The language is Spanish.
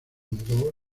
mudó